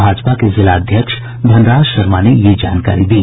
भाजपा के जिला अध्यक्ष धनराज शर्मा ने यह जानकारी दी